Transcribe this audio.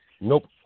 Nope